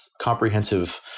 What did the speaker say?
comprehensive